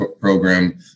program